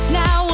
now